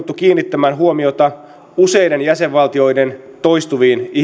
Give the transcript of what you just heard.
jouduttu kiinnittämään huomiota useiden jäsenvaltioiden toistuviin ihmisoikeusloukkauksiin